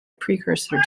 precursor